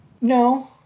No